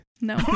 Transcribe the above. No